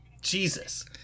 jesus